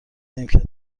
نیمکت